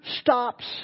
stops